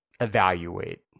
evaluate